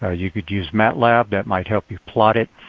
ah you could use mat lab. that might help you plot it.